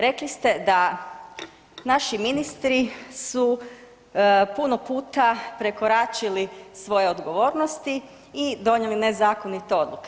Rekli ste da naši ministri su puno puta prekoračili svoje odgovornosti i donijeli nezakonite odluke.